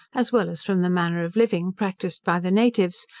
as well as from the manner of living practised by the natives,